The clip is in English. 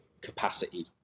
capacity